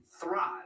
thrive